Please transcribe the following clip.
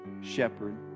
shepherd